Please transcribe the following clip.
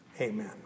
Amen